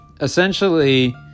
essentially